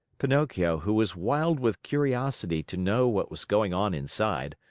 pinocchio, who was wild with curiosity to know what was going on inside,